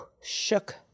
shook